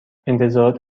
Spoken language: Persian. انتظارات